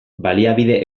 baliabide